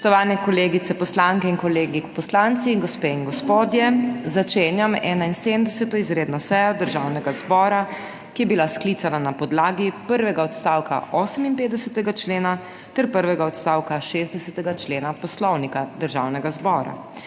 Spoštovani kolegice poslanke in kolegi poslanci, gospe in gospodje! Začenjam 71. izredno sejo Državnega zbora, ki je bila sklicana na podlagi prvega odstavka 58. člena ter prvega odstavka 60. člena Poslovnika Državnega zbora.